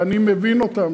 ואני מבין אותם,